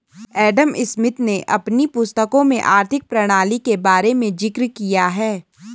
Adam Smith ने अपनी पुस्तकों में आर्थिक प्रणाली के बारे में जिक्र किया है